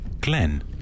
Glenn